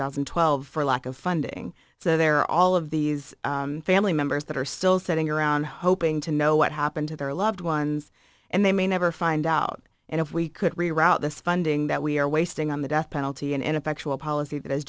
thousand and twelve for lack of funding so there are all of these family members that are still sitting around hoping to know what happened to their loved ones and they may never find out and if we could reroute this funding that we are wasting on the death penalty and ineffectual policy that as